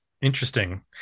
interesting